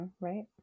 Right